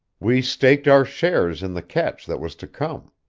we staked our shares in the catch that was to come.